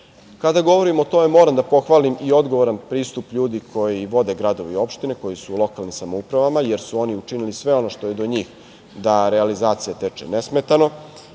govorimo o tome, moram da pohvalim i odgovoran pristup ljudi koji vode gradove i opštine, koji su u lokalnim samoupravama, jer su oni učinili sve ono što je do njih, da realizacija teče nesmetano.